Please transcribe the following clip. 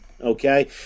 Okay